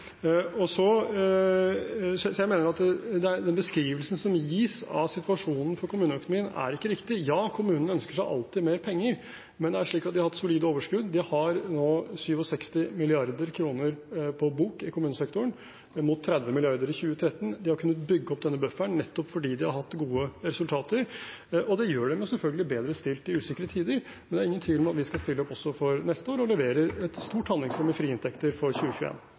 Så jeg mener at den beskrivelsen som gis av situasjonen for kommuneøkonomien, ikke er riktig. Ja, kommunene ønsker seg alltid mer penger, men det er slik at de har hatt solide overskudd. De har nå 67 mrd. kr på bok i kommunesektoren, mot 30 mrd. kr i 2013. De har kunnet bygge opp denne bufferen nettopp fordi de har hatt gode resultater, og det gjør dem selvfølgelig bedre stilt i usikre tider. Men det er ingen tvil om at vi skal stille opp også for neste år, og vi leverer et stort handlingsrom i frie inntekter for